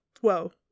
whoa